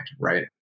right